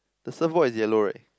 the surfboard is yellow right